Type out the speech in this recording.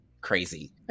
crazy